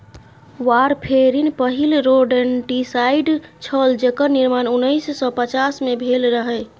warfarin पहिल rodenticide छल जेकर निर्माण उन्नैस सय पचास मे भेल रहय